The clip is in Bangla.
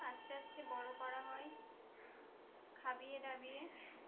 আস্তে আস্তে বড়ো করা হয় খাইয়ে ডাবিয়ে